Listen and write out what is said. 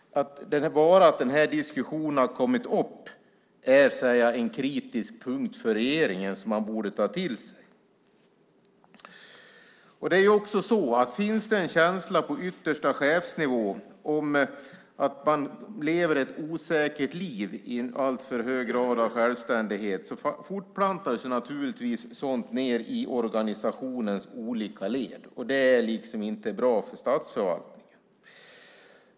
Bara att den här diskussionen har kommit upp är en kritisk punkt för regeringen som man borde ta till sig. Och finns det en känsla på yttersta chefsnivå av att man lever ett osäkert liv i alltför hög grad av självständighet fortplantar sig naturligtvis sådant ned i organisationens olika led, och det är inte bra för statsförvaltningen.